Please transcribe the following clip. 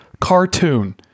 cartoon